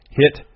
hit